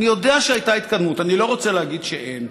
אני יודע שהייתה התקדמות, אני לא רוצה להגיד שאין: